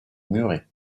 murray